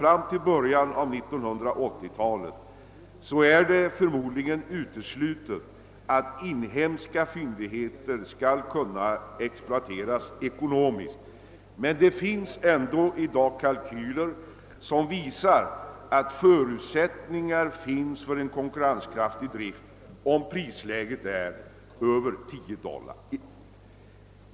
Fram till början av 1980-talet är det förmodligen uteslutet att inhemska fyndigheter skall kunna exploateras ekonomiskt, men uppgjorda kalkyler visar att det finns förutsättningar för en konkurrenskraftig drift om prisläget är 10 dollar per Ib.